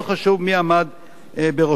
ולא חשוב מי עמד בראשן.